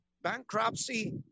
bankruptcy